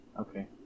Okay